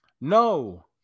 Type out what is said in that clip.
No